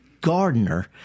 gardener